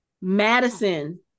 Madison